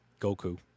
Goku